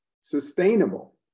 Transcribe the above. sustainable